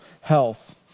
health